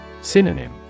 Synonym